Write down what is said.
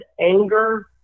anger